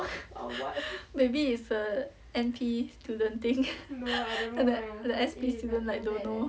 maybe it's a N_P student thing like like S_P student like don't know